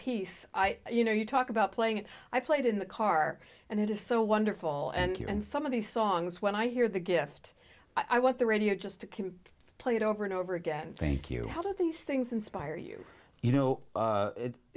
peace you know you talk about playing i played in the car and it is so wonderful and you and some of these songs when i hear the gift i want the radio just played over and over again thank you how do these things inspire you you know